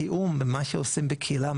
תיאום במה שעושים בקהילה,